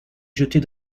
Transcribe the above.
jeter